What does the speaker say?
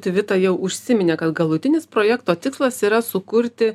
tai vita jau užsiminė kad galutinis projekto tikslas yra sukurti